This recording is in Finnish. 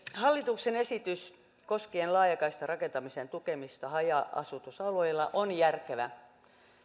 hallituksen esitys koskien laajakaistarakentamisen tukemista haja asutusalueilla on järkevä